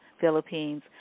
Philippines